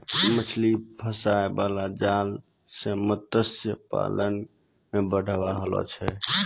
मछली फसाय बाला जाल से मतस्य पालन मे बढ़ाबा होलो छै